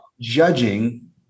judging